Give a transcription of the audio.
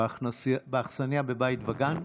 באכסניה בבית וגן,